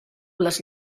les